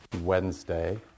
Wednesday